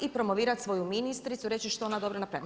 I promovirati svoju ministricu i reći što je ona dobro napraviti.